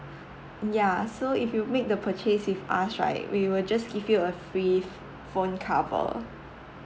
ya so if you make the purchase with us right we will just give you a free phone cover